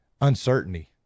uncertainty